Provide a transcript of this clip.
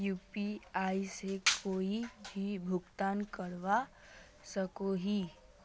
UPI से कोई भी भुगतान करवा सकोहो ही?